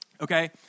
okay